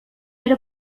era